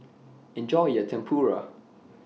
Enjoy your Tempura